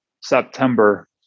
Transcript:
September